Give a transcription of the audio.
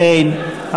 אין.